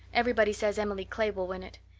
everybody says emily clay will win it.